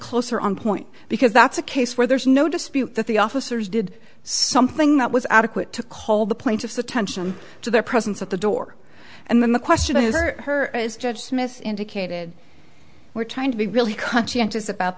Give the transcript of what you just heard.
closer on point because that's a case where there's no dispute that the officers did something that was adequate to call the plaintiff's attention to their presence at the door and then the question to his or her as judge smith indicated we're trying to be really conscientious about